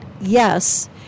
yes